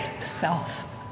self